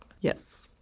Yes